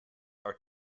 are